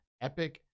epic